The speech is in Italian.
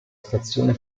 stazione